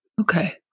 Okay